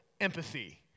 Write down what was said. empathy